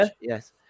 Yes